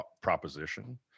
proposition